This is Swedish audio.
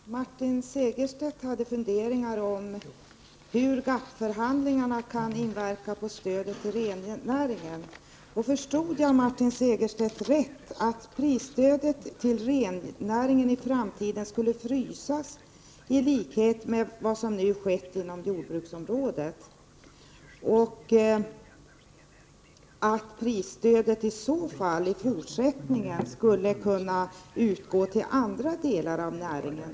Fru talman! Martin Segerstedt hade funderingar om hur GATT-förhandlingarna kan inverka på stödet till rennäringen. Om jag förstod Martin Segerstedt rätt menade han att prisstödet till rennäringen i framtiden skulle frysas i likhet med vad som nu skett inom jordbruksområdet. Prisstödet skulle i så fall i fortsättningen kunna utgå till andra delar av näringen.